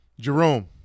Jerome